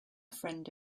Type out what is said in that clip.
friend